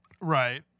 Right